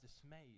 dismayed